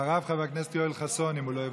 אחריו, חבר הכנסת יואל חסון, אם הוא לא יוותר.